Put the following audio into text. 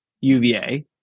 UVA